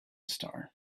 star